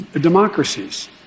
democracies